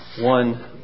one